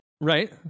right